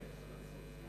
(תיקון